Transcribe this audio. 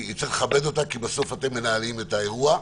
צריך לכבד אותה כי בסוף אתם מנהלים את האירוע,